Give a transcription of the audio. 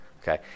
Okay